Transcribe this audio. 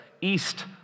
east